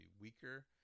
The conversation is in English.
weaker